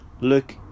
look